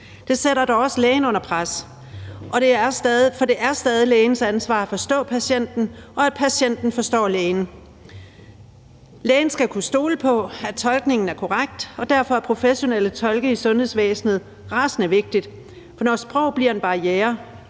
Det sætter dog også lægen under pres, for det er stadig lægens ansvar at forstå patienten, og at patienten forstår lægen. Lægen skal kunne stole på, at tolkningen er korrekt, og derfor er professionelle tolke i sundhedsvæsenet rasende vigtigt, når sprog bliver en barriere